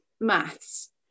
maths